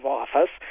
office